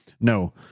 No